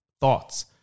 thoughts